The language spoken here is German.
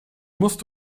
musst